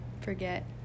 forget